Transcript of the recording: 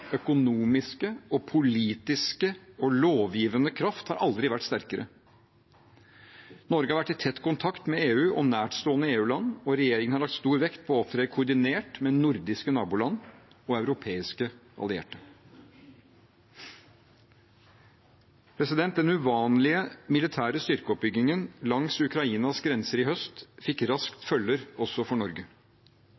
økonomiske, politiske og lovgivende kraft har aldri vært sterkere. Norge har vært i tett kontakt med EU og nærstående EU-land, og regjeringen har lagt stor vekt på å opptre koordinert med nordiske naboland og europeiske allierte. Den uvanlige militære styrkeoppbyggingen langs Ukrainas grenser i høst fikk raskt